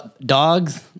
Dogs